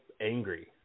angry